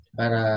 para